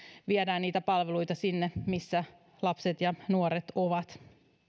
viedään niitä palveluita sinne missä lapset ja nuoret ovat